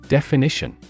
Definition